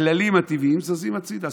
הכללים הטבעיים זזים הצידה.